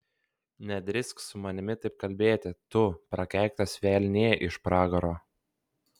nedrįsk su manimi taip kalbėti tu prakeiktas velnie iš pragaro